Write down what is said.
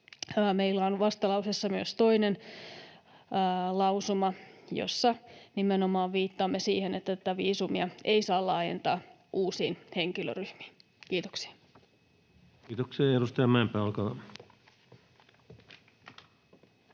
meillä on vastalauseessa myös toinen lausuma, jossa nimenomaan viittaamme siihen, että tätä viisumia ei saa laajentaa uusiin henkilöryhmiin. — Kiitoksia. [Speech 271] Speaker: